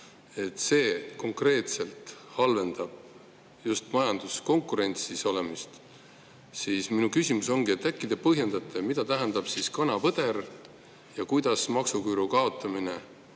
see konkreetselt halvendab just majanduskonkurentsis olemist. Minu küsimus ongi, et äkki te põhjendate, mida tähendab siis kana-põder, ja kuidas saab maksuküüru kaotamine